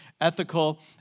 ethical